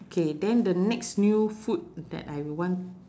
K then the next new food that I want